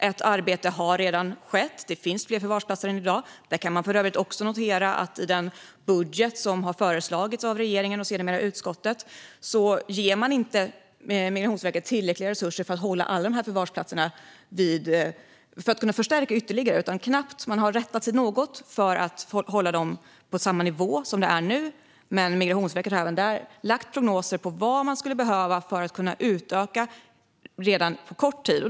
Ett arbete har redan skett - det finns fler förvarsplatser redan i dag. Jag noterar dock att i den budget som föreslagits av regeringen och sedermera utskottet ger man inte Migrationsverket tillräckliga resurser för att kunna förstärka ytterligare. Man har rättat sig något för att hålla antalet platser på samma nivå som nu, men Migrationsverket har även där lagt fram prognoser för vad de skulle behöva för att kunna utöka redan på kort sikt.